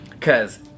Cause